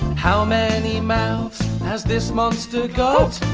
how many mouths has this monster got?